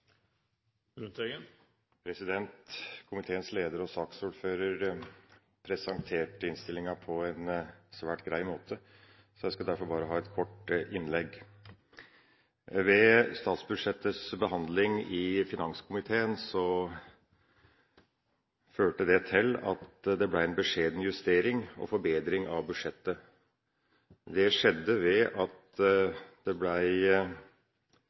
ordinære rapport. Komiteens leder presenterte innstillinga på en svært grei måte. Jeg skal derfor bare ha et kort innlegg. Ved statsbudsjettets behandling i finanskomiteen førte det til en beskjeden justering og forbedring av budsjettet. Det skjedde ved at det